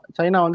China